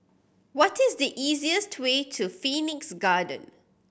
what is the easiest way to Phoenix Garden